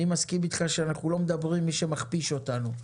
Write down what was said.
אני מסכים איתך שאנחנו לא מדברים עם מי שמכפיש אותנו,